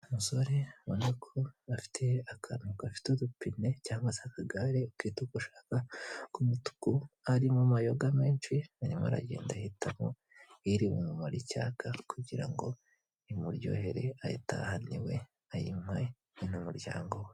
Umusore ubona ko afite akantu gafite udupine cyangwa se akagare ukite uko ushaka k'umutuku, harimo amayoga menshi arimo aragenda ahitamo iri bumumare icyaka, kugira ngo imuryohere ayitahane iwe ayinywe n'umuryango we.